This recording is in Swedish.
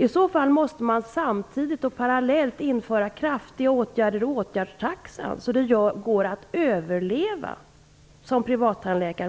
I så fall måste man samtidigt och parallellt vidta kraftiga åtgärder i åtgärdstaxan, så att en privattandläkare kan överleva